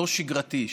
לא שגרתי,